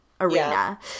arena